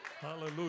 Hallelujah